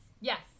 Yes